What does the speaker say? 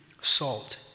salt